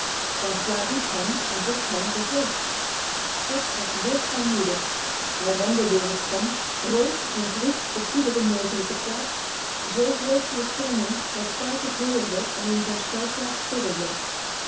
francois riep hem en zocht hem vergeefs spitz was wild van woede hij rende door het kamp rook en groef op iedere mogelijke plaats zo vreselijk grommend dat pike het hoorde en in zijn